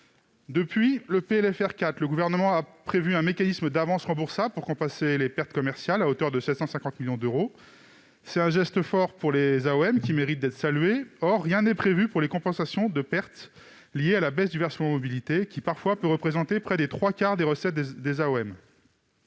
cadre du PLFR 4, le Gouvernement a prévu un mécanisme d'avances remboursables pour compenser les pertes commerciales, à hauteur de 750 millions d'euros : un geste fort pour les AOM, qui mérite d'être salué. Cependant, rien n'est prévu pour compenser les pertes liées à la baisse du versement mobilité, qui peut représenter, parfois, près des trois quarts des recettes des AOM-